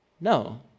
No